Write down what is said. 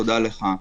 תודה לך.